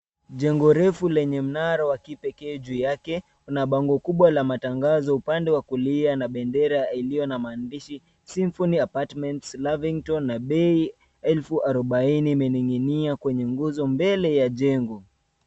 Jengo refu lenye mnara wa kipekee juu yake una bango kubwa la matangazo upande wa kulia na bendera iliyo na maandishi Symphony Apartments Lavington na bei 40,000 imening'inia kwenye nguzo mbele ya jengo.